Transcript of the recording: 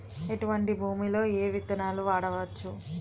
ఎటువంటి భూమిలో ఏ విత్తనాలు వాడవచ్చు?